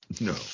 No